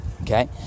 Okay